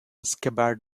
scabbard